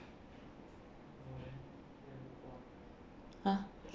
!huh!